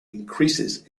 increases